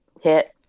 hit